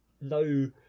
No